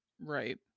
Right